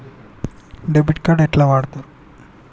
Debit card ఎట్లా వాడుతరు?